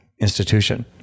institution